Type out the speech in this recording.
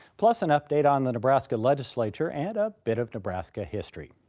plus an update on the nebraska legislature and a bit of nebraska history.